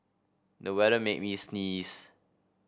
the weather made me sneeze